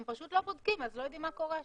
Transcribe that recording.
הם פשוט לא בודקים אז לא יודעים מה קורה שם.